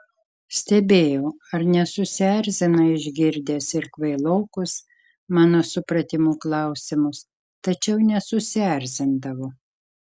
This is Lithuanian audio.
stebėjau ar nesusierzina išgirdęs ir kvailokus mano supratimu klausimus tačiau nesusierzindavo